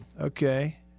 okay